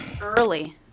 early